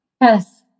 Yes